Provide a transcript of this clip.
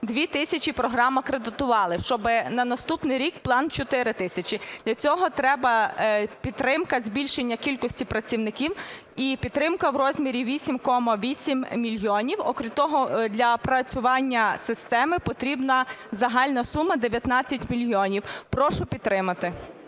2 тисячі програм акредитували, щоб на наступний рік план 4 тисячі. Для цього треба підтримка, збільшення кількості працівників і підтримка в розмірі 8,8 мільйона. Окрім того, для опрацювання системи потрібно загальна сума 19 мільйонів. Прошу підтримати.